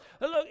look